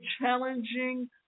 challenging